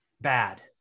bad